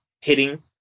hitting